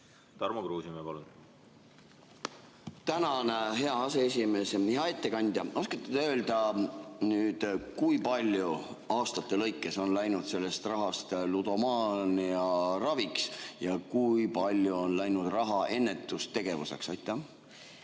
Tarmo Kruusimäe, palun! Tänan, hea aseesimees! Hea ettekandja! Oskate te öelda, kui palju aastate lõikes on läinud sellest rahast ludomaania raviks ja kui palju on läinud raha ennetustegevuseks? Tänan,